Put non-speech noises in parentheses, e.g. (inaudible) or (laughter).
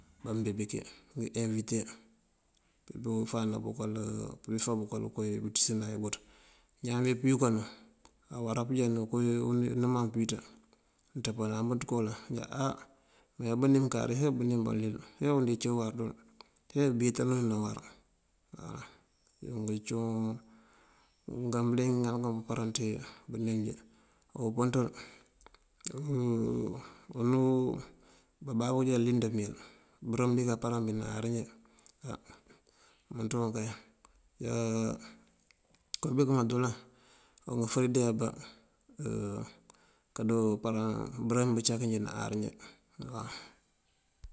Bamënbí kí enwite kí fam bëkël koowí bunk ţíisëne bëţ. Ñaan bí pëyunkanu awará pënjá nëmaŋ pëwíiţa nënţapandaŋ bëţ kooloŋ, nëjá ee mayá bënim kari ebënim ban lil, ee bënim ací uwar ebíwíiţërund uwar, ebíwíiţërund uwar. Engun cúun ngaŋ bëliyëng ngí ŋal ngun pëparan ţí bënim njí. Opën ţël (hesitation) unú bababú bajee lun dëmiyel bërëm bí kaparam bí áar njí. Umënţun kay (hesitation) këma bindoolan angëfëri deeyá bá (hesitation) kandoo bërëm bëncak njí dí áar njí waw.